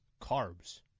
carbs